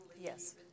Yes